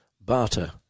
Barter